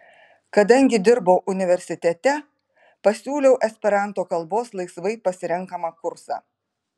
kadangi dirbau universitete pasiūliau esperanto kalbos laisvai pasirenkamą kursą